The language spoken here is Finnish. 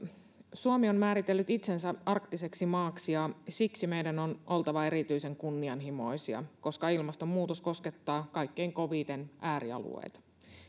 suomi on määritellyt itsensä arktiseksi maaksi ja siksi meidän on oltava erityisen kunnianhimoisia koska ilmastonmuutos koskettaa kaikkein koviten äärialueita